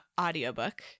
audiobook